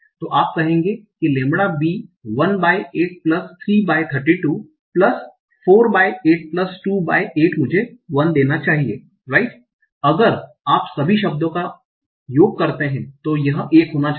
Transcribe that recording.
तो आप कहेंगे कि lambda B 1 by 8 plus 3 by 32 plus 4 by 8 plus 2 by 8 मुझे 1 देना चाहिए राइट अगर आप सभी शब्दों पर योग करते हैं तो यह 1 होना चाहिए